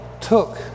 took